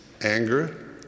anger